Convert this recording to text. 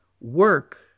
work